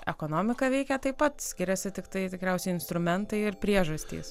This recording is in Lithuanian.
ekonomika veikia taip pat skiriasi tiktai tikriausiai instrumentai ir priežastys